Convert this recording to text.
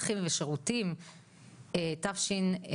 צרכים ושירותים תשנ"ו,